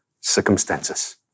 circumstances